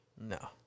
No